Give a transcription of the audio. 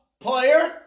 player